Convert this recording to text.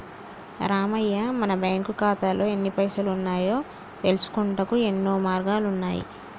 రామయ్య మన బ్యాంకు ఖాతాల్లో ఎన్ని పైసలు ఉన్నాయో తెలుసుకొనుటకు యెన్నో మార్గాలు ఉన్నాయి